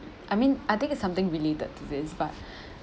I mean I think it's something related to this but